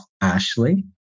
Ashley